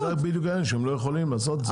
אבל זה בדיוק העניין שהם לא יכולים לעשות את זה.